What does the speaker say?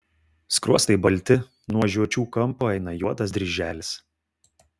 skruostai balti nuo žiočių kampo eina juodas dryželis